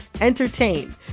entertain